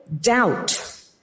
doubt